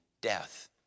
death